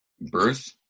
birth